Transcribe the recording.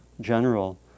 general